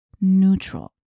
neutral